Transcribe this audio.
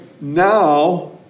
now